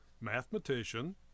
mathematician